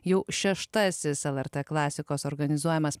jau šeštasis lrt klasikos organizuojamas